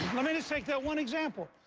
let me just take that one example.